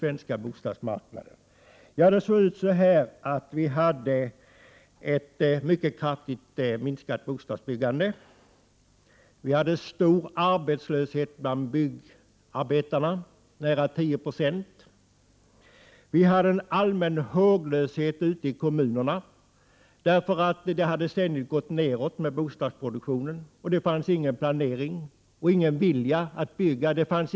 Vi hade ett mycket kraftigt minskat bostadsbyggande. Vi hade en stor arbetslöshet bland byggnadsarbetarna, nära 10 20. Vi hade en allmän håglöshet ute i kommunerna, eftersom bostadsproduktionen ständigt hade gått nedåt. Det fanns ingen planering och ingen vilja att bygga.